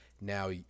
Now